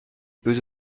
böse